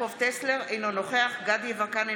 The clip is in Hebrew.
אינו נוכח דסטה גדי יברקן,